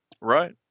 Right